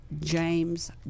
James